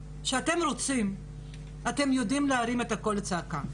כשאתם רוצים אתם יודעים להרים קול צעקה,